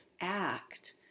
act